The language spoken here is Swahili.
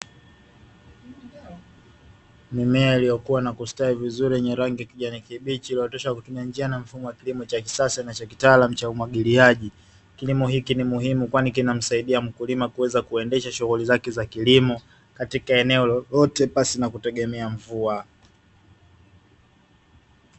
Mimea iliyokua na kustawi vizuri yenye rangi ya kijani kibichi, iliyooteshwa kwa kutumia njia na mfumo wa kilimo cha kisasa na cha kitaalamu cha umwagiliaji. Kilimo hiki ni muhimu, kwani kinamsaidia mkulima kuweza kuendesha shughuli zake za kilimo katika eneo lolote pasi na kutegemea mvua.